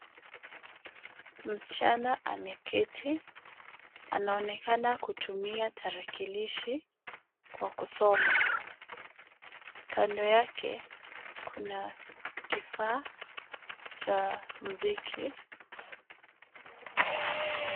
Msichana ameketi. Anaonekana kutumia tarakilishi kwa kusoma. Kando yake kuna kifaa cha muziki.